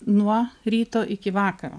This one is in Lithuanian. nuo ryto iki vakaro